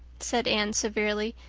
said anne severely.